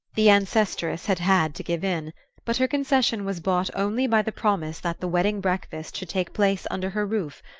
the ancestress had had to give in but her concession was bought only by the promise that the wedding-breakfast should take place under her roof,